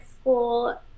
school